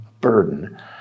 burden